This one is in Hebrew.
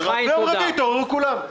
מאז הפסיקה בעפולה לא שמענו את קולכם,